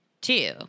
Two